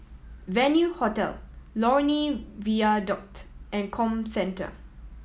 Venue Hotel Lornie Viaduct and Comcentre